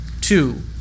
Two